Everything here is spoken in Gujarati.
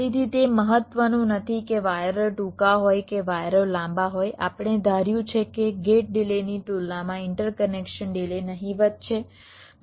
તેથી તે મહત્વનું નથી કે વાયરો ટૂંકા હોય કે વાયરો લાંબા હોય આપણે ધાર્યું છે કે ગેટ ડિલેની તુલનામાં ઇન્ટરકનેક્શન ડિલે નહિવત્ છે